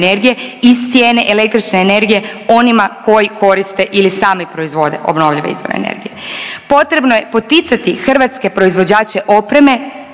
energije iz cijene električne energije onima koji koriste ili sami proizvode obnovljive izvore energije. Potrebno je poticati hrvatske proizvođače opreme